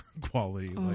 quality